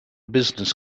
business